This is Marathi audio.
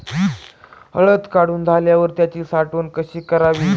हळद काढून झाल्यावर त्याची साठवण कशी करावी?